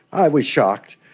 i was shocked.